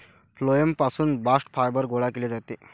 phloem पासून bast fibre गोळा केले जाते